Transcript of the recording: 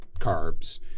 carbs